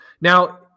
Now